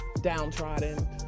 downtrodden